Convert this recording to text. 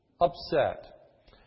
upset